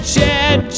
Chad